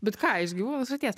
bet ką iš gyvūnų srities